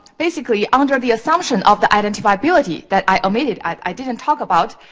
basically, under the assumption of the identifiability that i omitted, i didn't talk about.